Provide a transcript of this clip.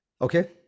Okay